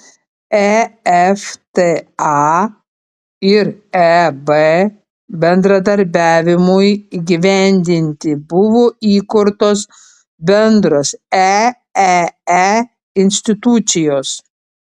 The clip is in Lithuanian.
efta ir eb bendradarbiavimui įgyvendinti buvo įkurtos bendros eee institucijos